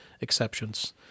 exceptions